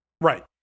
Right